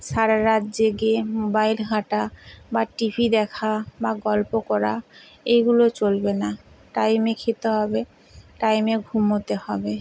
সারা রাত জেগে মোবাইল ঘাঁটা বা টি ভি দেখা বা গল্প করা এইগুলো চলবে না টাইমে খেতে হবে টাইমে ঘুমোতে হবে